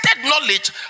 knowledge